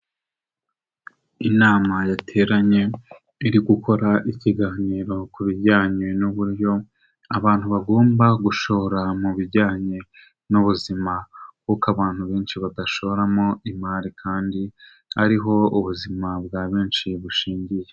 Inama yateranye iri gukora ikiganiro ku bijyanye n'uburyo abantu bagomba gushora mu bijyanye, n'ubuzima kuko abantu benshi badashoramo imari kandi ari ho ubuzima bwa benshi bushingiye.